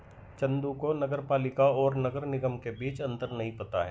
चंदू को नगर पालिका और नगर निगम के बीच अंतर नहीं पता है